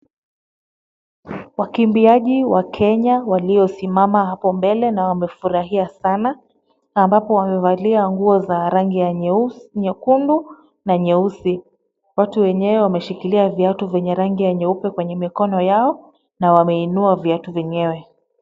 Wakimbiaji wa Kenya waliosimama hapo mbele na wamefurahia sana, ambapo wamevalia nguo za rangi ya nyekundu na nyeusi. Watu wenyewe wameshikilia viatu vyenye rangi ya nyeupe kwenye mikono yao na wameinua viatu vyenyewe.